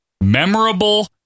memorable